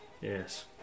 yes